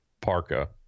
parka